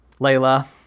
Layla